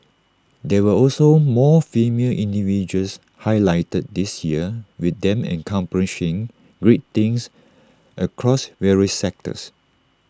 there were also more female individuals highlighted this year with them accomplishing great things across various sectors